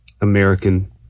American